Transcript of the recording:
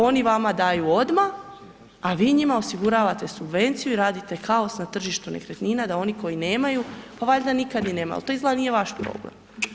Oni vama daju odmah a vi njima osiguravate subvenciju i radite kaos na tržištu nekretnina da oni koji nemaju, pa valjda nikad ni nemaju ali to izgleda nije vaš problem.